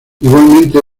igualmente